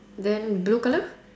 then blue colour